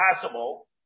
possible